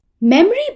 Memory